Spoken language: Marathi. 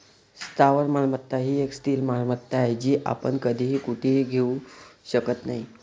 स्थावर मालमत्ता ही एक स्थिर मालमत्ता आहे, जी आपण कधीही कुठेही घेऊ शकत नाही